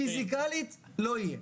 מבחינה פיסיקלית לא יהיה.